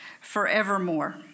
forevermore